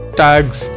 tags